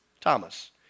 Thomas